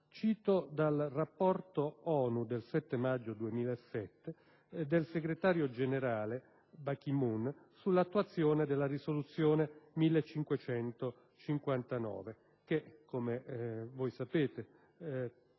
del rapporto ONU del 7 maggio 2007, il segretario generale Ban Ki-Moon, sull'attuazione della risoluzione 1559 che, come voi sapete,